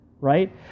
Right